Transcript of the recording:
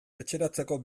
etxeratzeko